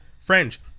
French